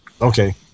Okay